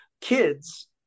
kids